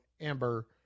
Amber